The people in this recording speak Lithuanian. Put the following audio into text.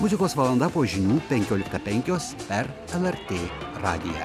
muzikos valanda po žinių penkiolikta penkios per lrt radiją